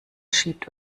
schiebt